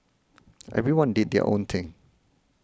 everyone did their own thing